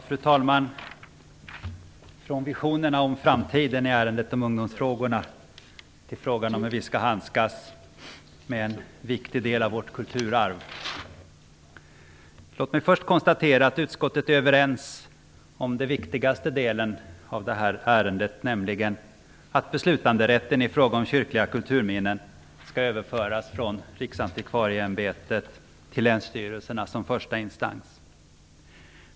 Fru talman! Från visionerna om framtiden i tidigare ärende om ungdomsfrågor går vi så över till frågan om hur vi skall handskas med en viktig del av vårt kulturarv. Jag konstaterar först att utskottet är överens om den viktigaste delen i det här ärendet, nämligen att beslutanderätten i fråga om kyrkliga kulturminnen skall överföras från Riksantikvarieämbetet till länsstyrelserna som första instans.